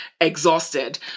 exhausted